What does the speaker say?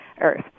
earth